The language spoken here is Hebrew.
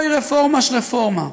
אוי רפורמה שרפורמה,